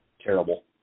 terrible